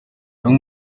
bamwe